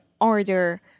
order